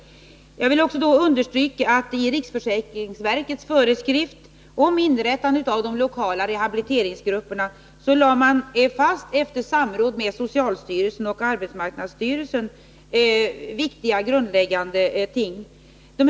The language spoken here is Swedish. Jag vill också understryka att man i riksförsäkringsverkets föreskrifter om inrättande av de lokala rehabiliteringsgrupperna, efter samråd med socialstyrelsen och arbetsmarknadsstyrelsen, lade fast viktiga, grundläggande ting.